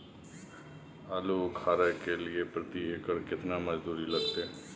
आलू उखारय के लिये प्रति एकर केतना मजदूरी लागते?